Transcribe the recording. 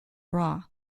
bra